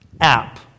app